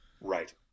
Right